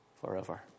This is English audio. Forever